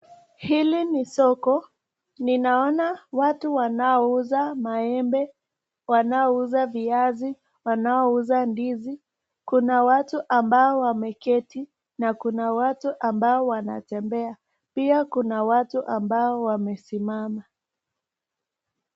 Hili ni soko ninaona watu wanaouza maembe ,wanaouza viazi ,wanaouza ndizi kuna watu ambao wameketi na kuna watu ambao wanatembea pia kuna watu ambao wamesimama.